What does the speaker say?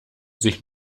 sich